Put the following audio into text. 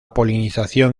polinización